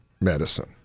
medicine